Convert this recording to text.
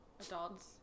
Adults